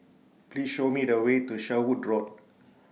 Please Show Me The Way to Sherwood Road